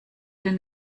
den